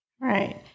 Right